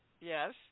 Yes